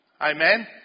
Amen